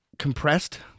Compressed